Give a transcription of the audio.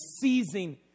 seizing